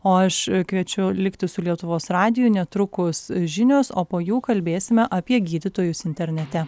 o aš kviečiu likti su lietuvos radiju netrukus žinios o po jų kalbėsime apie gydytojus internete